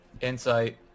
Insight